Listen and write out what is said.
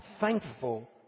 thankful